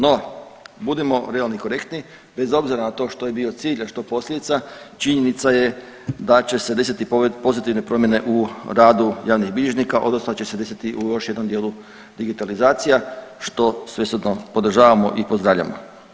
No, budimo realni i korektni bez obzira na to što je bio cilj, a što posljedica čini se da će se desiti pozitivne promjene u radu javnih bilježnika, odnosno da će se desiti u još jednom dijelu digitalizacija što svesrdno podržavamo i pozdravljamo.